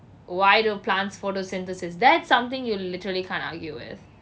why do plants photosynthesis that is that something you literally can't argue with